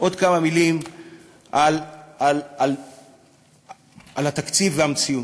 עוד כמה מילים על התקציב והמציאות.